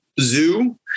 Zoo